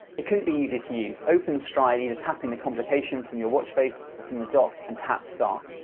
it couldn't be easier to use open stryd either tapping the complication from your watch face or from the dock, and tap start.